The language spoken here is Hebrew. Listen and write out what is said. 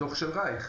לדוח של רייך,